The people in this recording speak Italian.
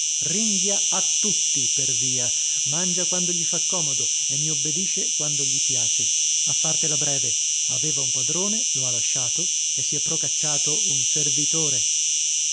ringhia a tutti per via mangia quando gli fa comodo e mi obbedisce quando gli piace a fartela breve aveva un padrone lo ha lasciato e si è procacciato un servitore